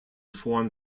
form